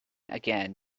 again